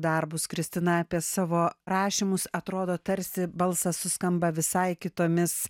darbus kristina apie savo rašymus atrodo tarsi balsas suskamba visai kitomis